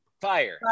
Fire